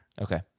Okay